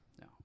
No